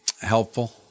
helpful